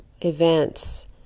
events